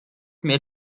mehr